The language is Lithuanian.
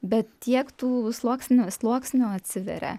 bet tiek tų sluoksnių sluoksnių atsiveria